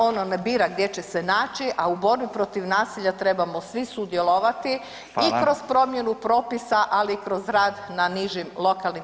Ono ne bira gdje će se naći a u borbi protiv nasilja trebamo svi sudjelovati i kroz promjenu propisa, ali i kroz rad na nižim lokalnim sredinama.